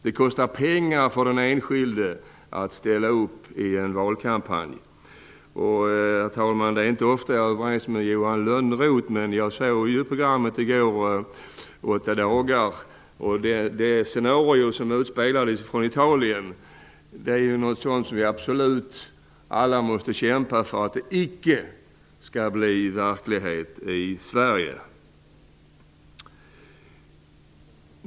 Det kostar pengar för den enskilde att ställa upp i en valkampanj. Det är inte ofta jag är överens med Johan Lönnroth. Men jag såg också programmet 8 dagar i går. Det scenario som utspelades från Italien är något som vi alla absolut måste kämpa för icke blir verklighet i Sverige.